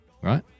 Right